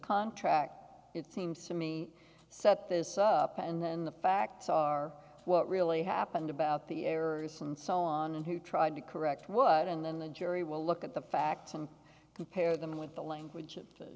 contract it seems to me set this up and then the facts are what really happened about the errors and so on who tried to correct what and then the jury will look at the facts and compare them with the language